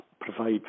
provide